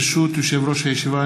ברשות יושב-ראש הישיבה,